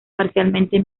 parcialmente